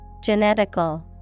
Genetical